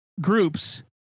groups